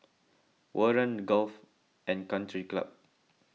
Warren Golf and Country Club